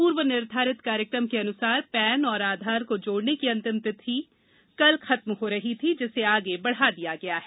पूर्व निर्धारित कार्यक्रम के अनुसार पैन और आधार को जोड़ने की अंतिम समय सीमा कल खत्म हो रही थी जिसे आगे बढ़ा दिया गया है